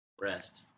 rest